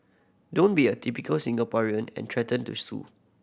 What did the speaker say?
don't be a typical Singaporean and threaten to sue